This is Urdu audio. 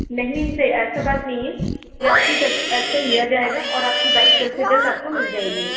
نہیں سر ایسا بات نہیں ہے یا آپ کی ایکشن لیا جائےگا اور آپ کی بائک جلد سے جلد آپ کو مل جائے گی